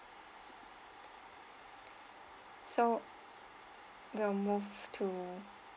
so we will move to